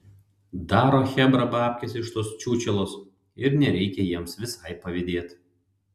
daro chebra babkes iš tos čiūčelos ir nereikia jiems visai pavydėt